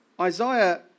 Isaiah